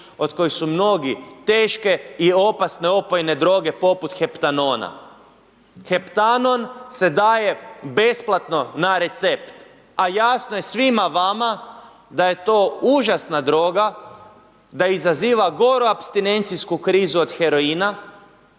od kojih su mnogi teške i opasne opojne droge poput Heptanona. Heptanon se daje besplatno na recept, a jasno je svima vama da je to užasna droga, da izaziva goru apstinenciju krizu od heroina